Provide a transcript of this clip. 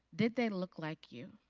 did they look like you?